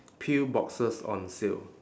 pill boxes on sale